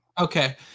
Okay